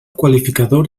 qualificador